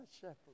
shepherd